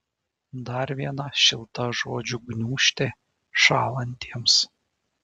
dar viena šilta žodžių gniūžtė šąlantiems